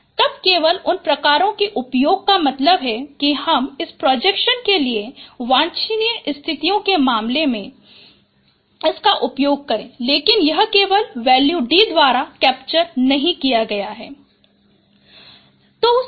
तब केवल उन प्रकार के उपायों का मतलब है कि हम इस प्रोजेक्शन के लिए वांछनीय स्थितियों के मामले ले लेकिन यह केवल वैल्यू D द्वारा कैप्चर नहीं किया गया है